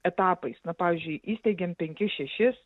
etapais na pavyzdžiui įsteigėm penkis šešis